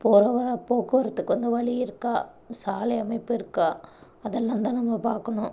போகிற வர போக்குவரத்துக்கு வந்து வழி இருக்கா சாலை அமைப்பு இருக்கா அதெல்லாம்தான் நம்ம பார்க்கணும்